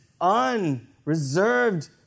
unreserved